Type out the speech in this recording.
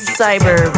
cyber